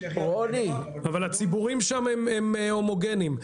צ'כיה ו --- אבל הציבורים שם הומוגניים.